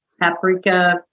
paprika